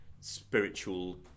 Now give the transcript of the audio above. spiritual